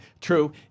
true